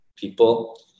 People